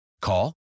Call